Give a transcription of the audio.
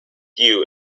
few